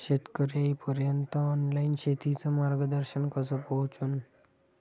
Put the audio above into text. शेतकर्याइपर्यंत ऑनलाईन शेतीचं मार्गदर्शन कस पोहोचन?